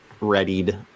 readied